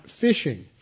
fishing